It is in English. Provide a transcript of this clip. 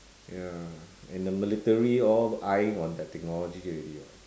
ya and the military all eyeing on that technology already [what]